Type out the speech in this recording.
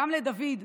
גם לדוד,